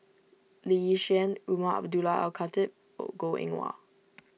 Lee Yi Shyan Umar Abdullah Al Khatib Goh Eng Wah